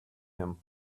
him